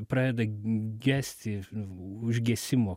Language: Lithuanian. pradeda gesti užgesimo